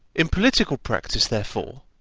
in political practice, therefore,